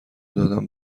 دادم